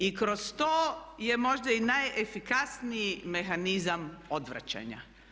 I kroz to je možda i najefikasniji mehanizam odvraćanja.